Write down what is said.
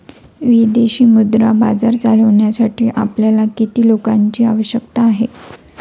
विदेशी मुद्रा बाजार चालविण्यासाठी आपल्याला किती लोकांची आवश्यकता आहे?